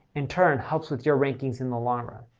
in turn, helps with your rankings in the long run.